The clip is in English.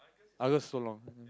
Argus so long